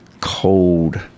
cold